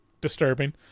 disturbing